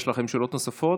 יש לכם שאלות נוספות?